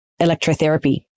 electrotherapy